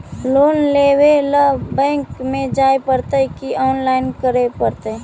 Loan लेवे ल bank में जाय पड़तै कि औनलाइन करे पड़तै?